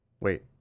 Wait